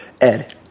Ed